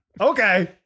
Okay